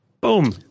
Boom